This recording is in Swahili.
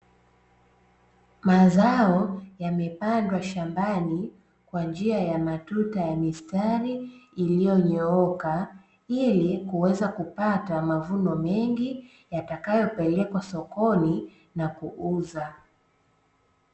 Mazao yamepandwa shambani kwa njia ya matuta ya mistari iliyonyooka, ili kuweza kupata mavuno mengi yatakayopelekwa sokoni na kuuza.